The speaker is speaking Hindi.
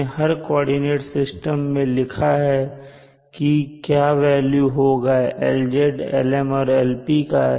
हमने हर कोऑर्डिनेट सिस्टम में लिखा है की क्या वेल्यू होगा Lz Lmऔर Lpका